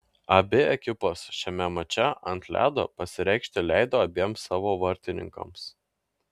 abi ekipos šiame mače ant ledo pasireikšti leido abiem savo vartininkams